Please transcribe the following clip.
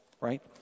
right